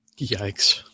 Yikes